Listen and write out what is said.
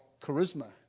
charisma